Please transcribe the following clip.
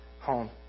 home